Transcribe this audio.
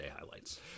highlights